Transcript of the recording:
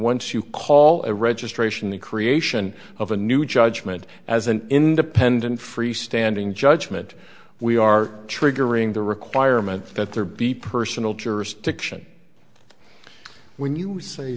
you call a registration the creation of a new judgment as an independent free standing judgment we are triggering the requirement that there be personal jurisdiction when you say